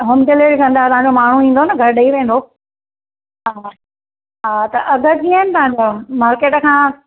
home delivery कंदा आहियो तव्हां जो माण्हू ईंदो न घरु ॾई वेंदो हा हा त अघु कीअं आहिनि तहांजा मार्केट खां